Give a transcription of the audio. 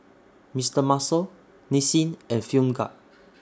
Mister Muscle Nissin and Film Grade